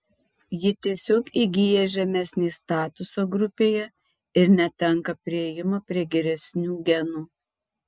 ji tiesiog įgyja žemesnį statusą grupėje ir netenka priėjimo prie geresnių genų